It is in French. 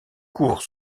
court